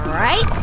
right,